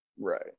Right